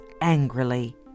angrily